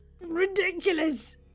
Ridiculous